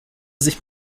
sich